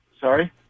Sorry